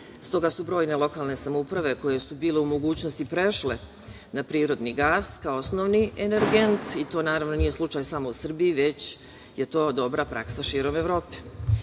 toga su brojne lokalne samouprave koje su bile u mogućnosti prešle na prirodni gas kao osnovni energent i to, naravno, nije slučaj samo u Srbiji, već je to dobra praksa širom Evrope. Nadam